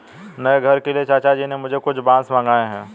नए घर के लिए चाचा जी ने मुझसे कुछ बांस मंगाए हैं